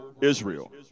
Israel